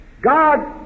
God